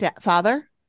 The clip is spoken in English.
father